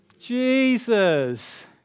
Jesus